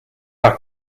are